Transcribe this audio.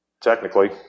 technically